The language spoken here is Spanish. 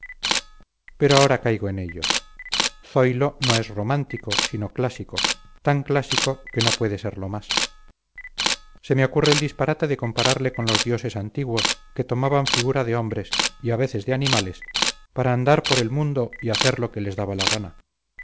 pero ahora caigo en ello zoilo no es romántico sino clásico tan clásico que no puede serlo más se me ocurre el disparate de compararle con los dioses antiguos que tomaban figura de hombres y a veces de animales para andar por el mundo y hacer lo que les daba la gana